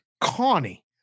Connie